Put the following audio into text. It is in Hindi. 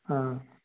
हाँ